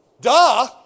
Duh